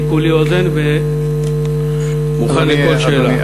כולי אוזן ומוכן לכל שאלה.